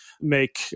make